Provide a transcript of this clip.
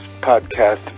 podcast